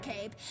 cape